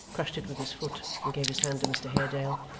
crushed it with his foot, and gave his hand to mr haredale,